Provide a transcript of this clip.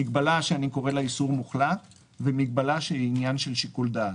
מגבלה שאני קורא לה איסור מוחלט ומגבלה שהיא עניין של שיקול דעת.